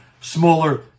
smaller